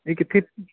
ਇਹ ਕਿੱਥੇ